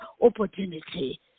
opportunity